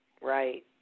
right